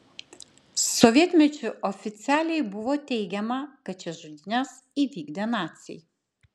sovietmečiu oficialiai buvo teigiama kad šias žudynes įvykdė naciai